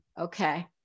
Okay